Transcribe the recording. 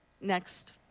Next